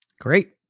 Great